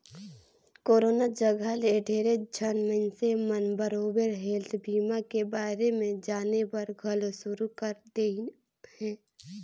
corona जघा ले ढेरेच झन मइनसे मन बरोबर हेल्थ बीमा के बारे मे जानेबर घलो शुरू कर देहिन हें